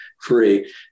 free